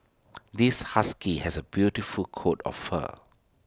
this husky has A beautiful coat of fur